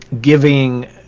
giving